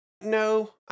No